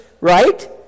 right